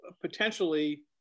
potentially